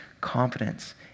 confidence